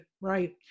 right